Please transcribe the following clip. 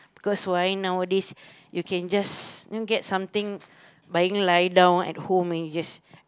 cause why nowadays you can just get something by lying down at home you just